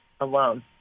alone